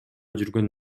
жүргөн